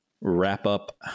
wrap-up